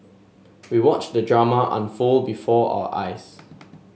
we watched the drama unfold before our eyes